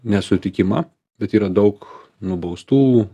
nesutikimą bet yra daug nubaustų